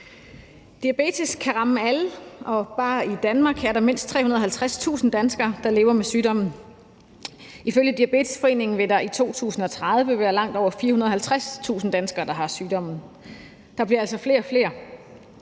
Diabetes kan ramme alle, og bare i Danmark er der mindst 350.000 danskere, der lever med sygdommen. Ifølge Diabetesforeningen vil der i 2030 være langt over 450.000 danskere, der har sygdommen. Der bliver altså flere og flere.